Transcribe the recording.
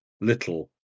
little